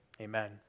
Amen